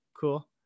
cool